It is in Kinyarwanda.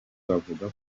bavuga